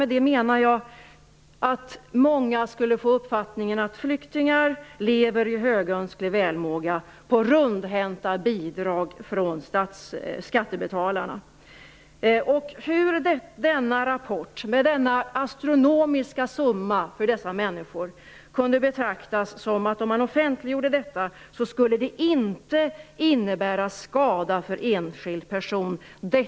Med det menar jag att många skulle få uppfattningen att flyktingar lever i högönsklig välmåga, på rundhänta bidrag från skattebetalarna. Hur kunde denna rapport, med denna för dessa människor astronomiska summa, betraktas som något som inte skulle innebära skada för enskild person om man offentliggjorde den?